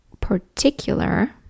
particular